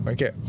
Okay